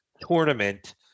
Tournament